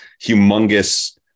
humongous